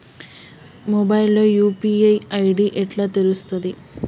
Mobile లో UPI ID ఎట్లా తెలుస్తది?